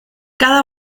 cada